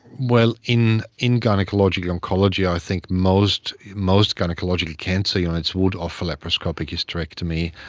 well, in in gynaecological oncology i think most most gynaecological cancer units would offer laparoscopic hysterectomy,